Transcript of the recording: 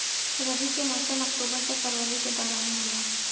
रबी के मौसम अक्टूबर से फरवरी के दौरान होला